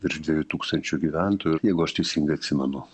virš dviejų tūkstančių gyventojų ir jeigu aš teisingai atsimenu